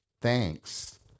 thanks